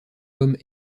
homme